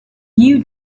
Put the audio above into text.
you